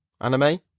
anime